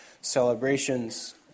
celebrations